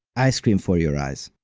ice cream for your eyes.